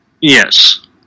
Yes